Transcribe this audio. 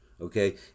okay